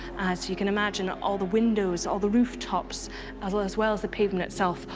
so you can imagine all the windows, all the rooftops as well as well as the pavement itself,